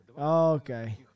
Okay